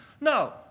No